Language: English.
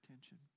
attention